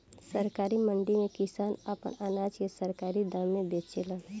सरकारी मंडी में किसान आपन अनाज के सरकारी दाम पर बेचेलन